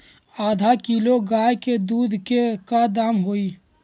आधा किलो गाय के दूध के का दाम होई?